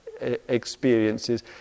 experiences